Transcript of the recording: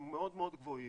הם מאוד מאוד גבוהים,